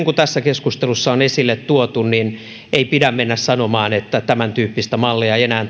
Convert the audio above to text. kuin tässä keskustelussa on esille tuotu ei pidä mennä sanomaan että tämäntyyppistä mallia ei enää